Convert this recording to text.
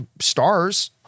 stars